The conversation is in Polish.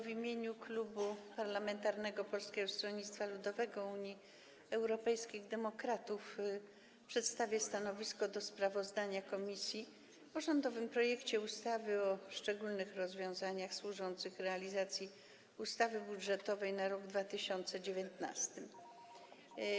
W imieniu Klubu Parlamentarnego Polskiego Stronnictwa Ludowego - Unii Europejskich Demokratów przedstawię stanowisko wobec sprawozdania komisji o rządowym projekcie ustawy o szczególnych rozwiązaniach służących realizacji ustawy budżetowej na rok 2019.